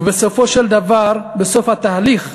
ובסופו של דבר, בסוף התהליך,